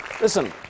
listen